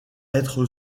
être